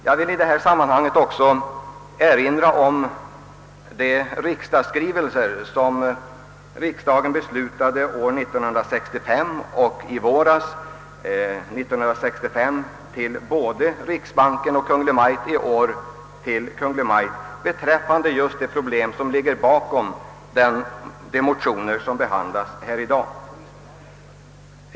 Jag vill i detta sammanhang också påminna om de riksdagsskrivelser, som beslöts år 1965 och i våras; 1965, skrivelser till både riksbanken och Kungl. Maj:t och i år till Kungl. Maj:t, beträffande just de problem som ligger bakom de motioner som behandlas här i dag.